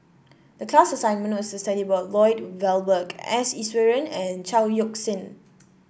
the class assignment was to study about Lloyd Valberg S Iswaran and Chao Yoke San